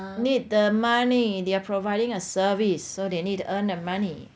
need the money they are providing a service so they need to earn the money